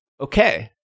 Okay